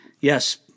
Yes